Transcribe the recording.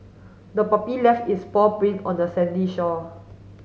the puppy left its paw print on the sandy shore